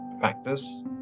Factors